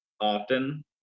often